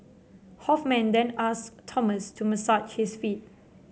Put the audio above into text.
Hoffman then asked Thomas to massage his feet